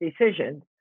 decisions